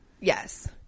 Yes